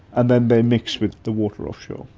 and then they mix with the water offshore.